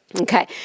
Okay